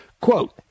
Quote